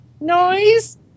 noise